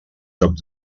jocs